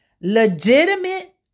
Legitimate